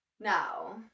Now